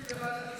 הכנסת,